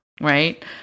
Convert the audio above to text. right